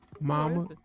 Mama